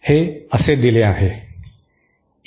हे असे दिले आहे